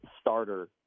starter